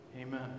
Amen